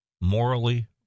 morally